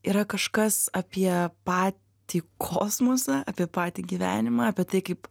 yra kažkas apie patį kosmosą apie patį gyvenimą apie tai kaip